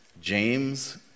James